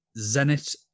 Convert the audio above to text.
Zenit